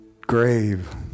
grave